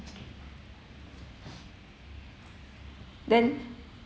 then